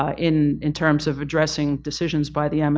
ah in in terms of addressing decisions by the um